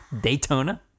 Daytona